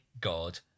god